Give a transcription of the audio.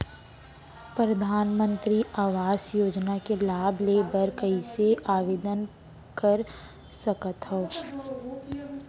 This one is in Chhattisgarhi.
परधानमंतरी आवास योजना के लाभ ले बर कइसे आवेदन कर सकथव?